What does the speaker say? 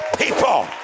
people